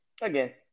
Again